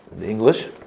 English